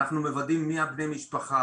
אנחנו מוודאים מי בני המשפחה,